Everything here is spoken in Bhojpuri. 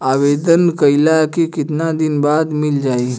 आवेदन कइला के कितना दिन बाद मिल जाई?